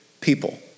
people